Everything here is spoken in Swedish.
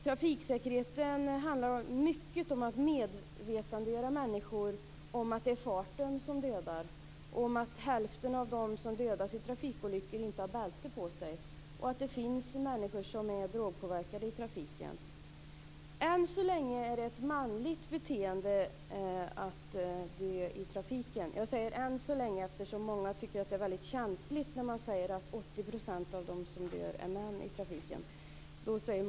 Trafiksäkerheten handlar mycket om att göra människor medvetna om att det är farten som dödar, att hälften av dem som dödas i trafikolyckor inte har bälte på sig och att det finns människor som kör drogpåverkade i trafiken. Än så länge är det ett manligt beteende att dö i trafiken. Jag säger än så länge, eftersom många tycker att det är känsligt när man säger att 80 % av dem som dör i trafiken är män.